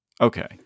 Okay